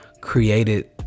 created